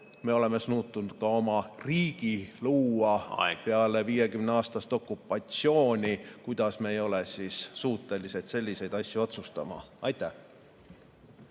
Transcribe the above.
Me oleme suutnud ka oma riigi luua ... Aeg! Aeg! ... peale 50‑aastast okupatsiooni. Kuidas me ei ole siis suutelised selliseid asju otsustama? Aitäh!